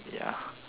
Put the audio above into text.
ya